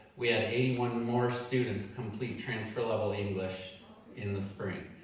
we had eighty one more students complete transfer-level english in the spring.